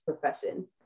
profession